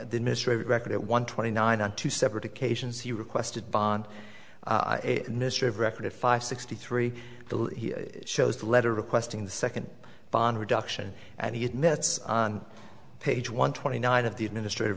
the ministry record at one twenty nine on two separate occasions he requested bond ministry of record of five sixty three shows the letter requesting the second bond reduction and he admits on page one twenty nine of the administrati